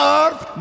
earth